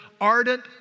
ardent